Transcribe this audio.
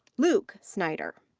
luke snyder.